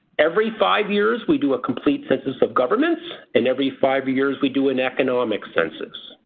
every five years we do a complete census of governments and every five years we do an economic census.